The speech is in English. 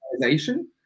organization